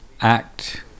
act